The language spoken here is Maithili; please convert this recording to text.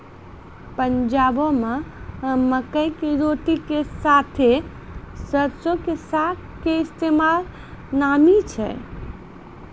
पंजाबो मे मकई के रोटी के साथे सरसो के साग के इस्तेमाल नामी छै